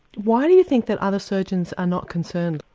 why do you think that other surgeons are not concerned?